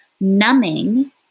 numbing